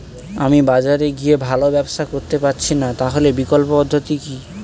আমি বাজারে গিয়ে ভালো ব্যবসা করতে পারছি না তাহলে বিকল্প পদ্ধতি কি?